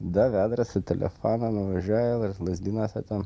davė adresą telefoną nuvažiuoju lazdynuose ten